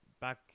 back